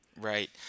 Right